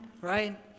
right